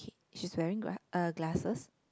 okay she's wearing gl~ uh glasses